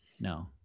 no